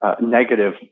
negative